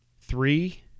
three